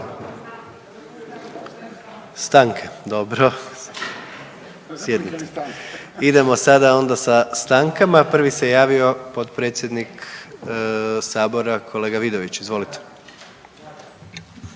Stanke, dobro. Sjednite. Idemo sada onda sa stankama, prvi se javio potpredsjednik sabora kolega Vidović. Izvolite.